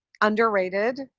underrated